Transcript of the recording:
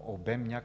обем,